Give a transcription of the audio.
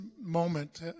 moment